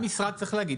את זה המשרד צריך להגיד.